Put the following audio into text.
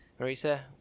Marisa